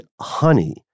honey